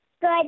Good